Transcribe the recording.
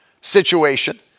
situation